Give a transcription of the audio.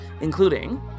including